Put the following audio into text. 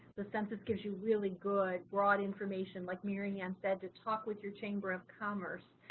the census gives you really good broad information like mary anne said to talk with your chamber of commerce,